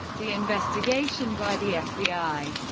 the investigation by the fbi,